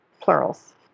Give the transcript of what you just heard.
plurals